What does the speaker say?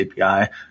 API